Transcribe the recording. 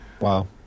Wow